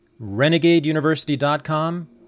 renegadeuniversity.com